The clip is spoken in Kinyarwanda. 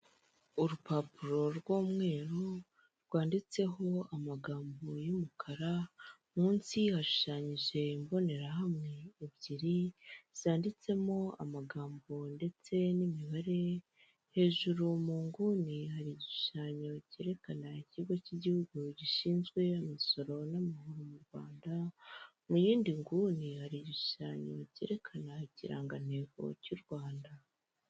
Urupapuro rw'umweru, rwanditseho amagambo y'umukara, munsi hashushanyije imbonerahamwe ebyiri zanditsemo amagambo ndetse n'imibare, hejuru mu nguni hari igishushanyo cyerekana ikigo cy'igihugu gishinzwe imisoro n'amahoro mu Rwanda, mu yindi nguni hari igishushanyo cyerekana ikirangantego cy'u Rwanda.